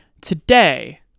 today